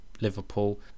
Liverpool